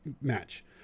match